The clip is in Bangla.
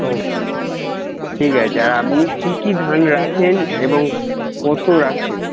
ও কে ঠিক আছে আর আপনি কী কী ধান রাখেন এবং কত রাখেন